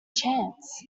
chance